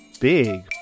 big